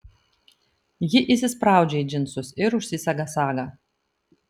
ji įsispraudžia į džinsus ir užsisega sagą